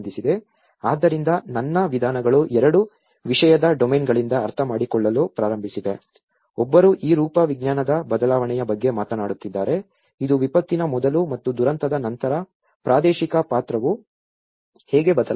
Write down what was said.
ಆದ್ದರಿಂದ ನನ್ನ ವಿಧಾನಗಳು ಎರಡು ವಿಷಯದ ಡೊಮೇನ್ಗಳಿಂದ ಅರ್ಥಮಾಡಿಕೊಳ್ಳಲು ಪ್ರಾರಂಭಿಸಿವೆ ಒಬ್ಬರು ಈ ರೂಪವಿಜ್ಞಾನದ ಬದಲಾವಣೆಯ ಬಗ್ಗೆ ಮಾತನಾಡುತ್ತಿದ್ದಾರೆ ಇದು ವಿಪತ್ತಿನ ಮೊದಲು ಮತ್ತು ದುರಂತದ ನಂತರ ಪ್ರಾದೇಶಿಕ ಪಾತ್ರವು ಹೇಗೆ ಬದಲಾಗಿದೆ